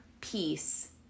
peace